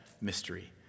mystery